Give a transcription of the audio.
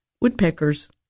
Woodpeckers